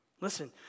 Listen